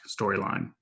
storyline